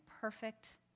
perfect